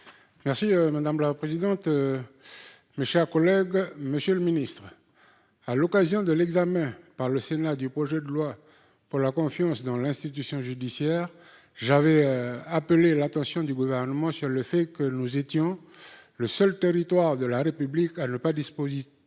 condamnées. La parole est à M. Gérard Poadja. Monsieur le ministre, à l'occasion de l'examen par le Sénat du projet de loi pour la confiance dans l'institution judiciaire, j'avais appelé l'attention du Gouvernement sur le fait que nous étions le seul territoire de la République à ne pas disposer